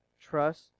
trust